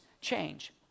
change